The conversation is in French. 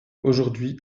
aujourd’hui